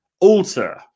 alter